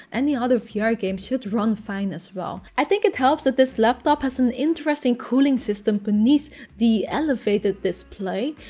any other vr game should run fine as well. i think it helps that this laptop has an interesting cooling system beneath the elevated display.